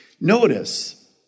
Notice